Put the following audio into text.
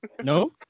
no